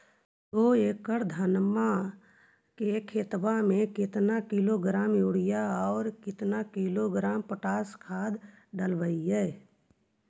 दो एकड़ धनमा के खेतबा में केतना किलोग्राम युरिया और केतना किलोग्राम पोटास खाद डलबई?